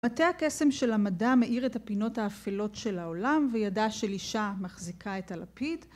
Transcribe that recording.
מטב הקסם של המדע מאיר את הפינות האפלות של העולם, וידה של אישה מחזיקה את הלפיד.